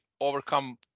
overcome